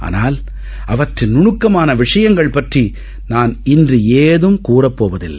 ஆனால் அவற்றின் நுனுக்கமான விஷயங்கள் பற்றிடநான் இன்று ஏதும் கூறப்போவதில்லை